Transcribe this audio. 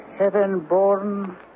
Heaven-born